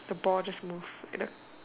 the ball just move without